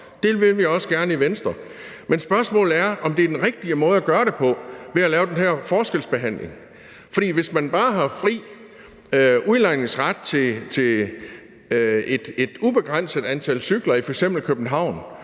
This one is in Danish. det vil vi også gerne i Venstre. Men spørgsmålet er, om det er den rigtige måde at gøre det på ved at lave den her forskelsbehandling. Hvis man bare har fri udlejningsret til et ubegrænset antal cykler i f.eks. København,